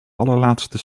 allerlaatste